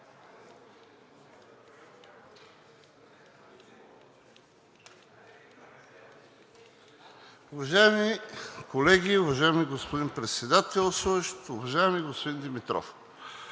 Уважаеми колеги, уважаеми господин Председателстващ! Уважаеми господин Димитров,